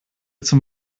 zum